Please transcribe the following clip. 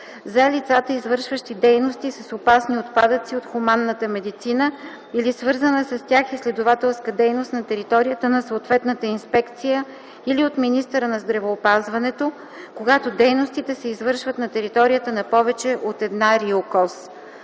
за лицата, извършващи дейности с опасни отпадъци от хуманната медицина или свързана с тях изследователска дейност на територията на съответната инспекция или от министъра на здравеопазването – когато дейностите се извършват на територията на повече от една РИОКОЗ;